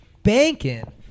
banking